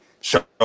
show